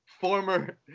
former